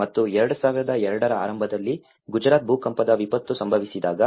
ಮತ್ತು 2002 ರ ಆರಂಭದಲ್ಲಿ ಗುಜರಾತ್ ಭೂಕಂಪದ ವಿಪತ್ತು ಸಂಭವಿಸಿದಾಗ